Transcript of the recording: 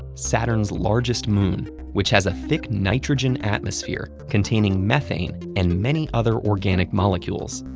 saturn's largest moon, which has a thick nitrogen atmosphere containing methane and many other organic molecules.